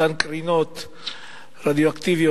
אותן קרינות רדיואקטיביות,